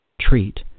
treat